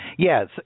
Yes